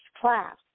class